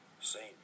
Saint